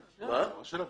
איתם.